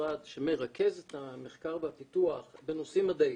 כמשרד שמרכז את המחקר והפיתוח בנושאים מדעיים,